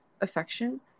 affection